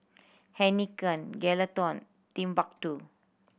Heinekein Geraldton Timbuk Two